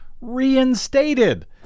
reinstated